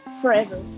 forever